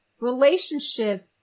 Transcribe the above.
Relationship